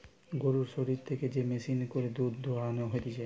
গরুর শরীর থেকে যে মেশিনে করে দুধ দোহানো হতিছে